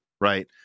right